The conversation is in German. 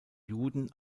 juden